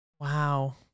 Wow